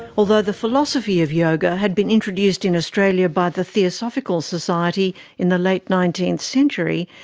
although the philosophy of yoga had been introduced in australia by the theosophical society in the late nineteenth century,